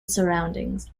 surroundings